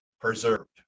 preserved